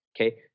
Okay